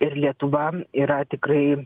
ir lietuva yra tikrai